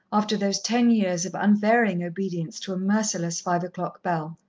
after those ten years of unvarying obedience to a merciless five o'clock bell.